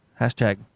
Hashtag